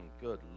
Good